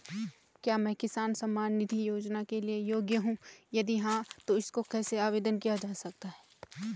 क्या मैं किसान सम्मान निधि योजना के लिए योग्य हूँ यदि हाँ तो इसको कैसे आवेदन किया जा सकता है?